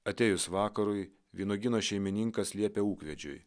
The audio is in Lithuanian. atėjus vakarui vynuogyno šeimininkas liepė ūkvedžiui